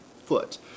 foot